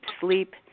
sleep